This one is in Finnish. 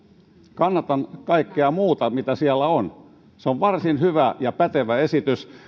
kannatan kaikkea muuta mitä siellä on se on varsin hyvä ja pätevä esitys